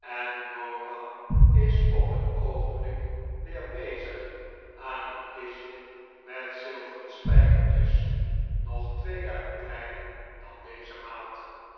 joram is op t oogenblik weer bezig aan een kistje met zilveren spijkertjes nog twee duim kleiner dan deze maat